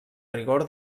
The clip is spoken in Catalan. rigor